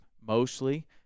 mostly